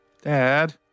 dad